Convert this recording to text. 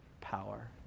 power